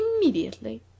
immediately